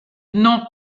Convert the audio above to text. non